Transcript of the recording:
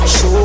Show